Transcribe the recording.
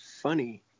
funny